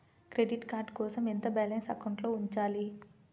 Credit card కోసం ఎంత balance అకౌంట్లో ఉంచాలి?